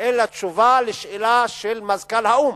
אלא תשובה לשאלה של מזכ"ל האו"ם.